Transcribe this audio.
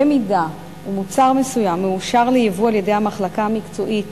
במידה שמוצר מסוים מאושר לייבוא על-ידי המחלקה המקצועית